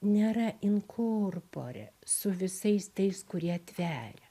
nėra in corpore su visais tais kurie tveria